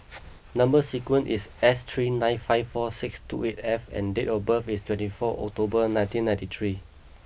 number sequence is S three nine five four six two eight F and date of birth is twenty four October nineteen ninety three